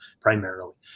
primarily